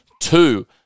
two